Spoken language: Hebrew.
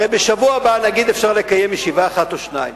הרי בשבוע הבא אפשר לקיים ישיבה אחת או שתיים.